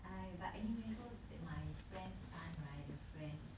!aiya! but anyway so that my friend son right that friend